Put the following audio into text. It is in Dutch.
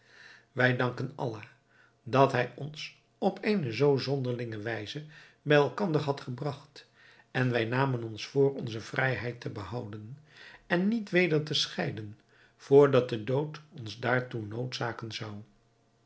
wij danken allah dat hij ons op eene zoo zonderlinge wijze bij elkander had gebragt en wij namen ons voor onze vrijheid te behouden en niet weder te scheiden vr dat de dood ons daartoe noodzaken zou